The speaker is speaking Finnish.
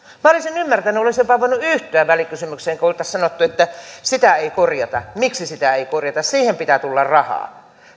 minä olisin ymmärtänyt ja olisin jopa voinut yhtyä välikysymykseen kun olisi sanottu että sitä ei korjata miksi sitä ei korjata siihen pitää tulla rahaa